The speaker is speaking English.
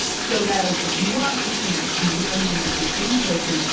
so guys, if you want a chance to meet wendy and richard in-person,